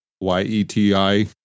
Y-E-T-I